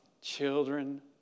children